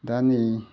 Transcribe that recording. दा नै